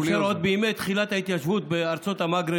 עוד בימי תחילת ההתיישבות בארצות המגרב